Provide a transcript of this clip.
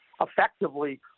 effectively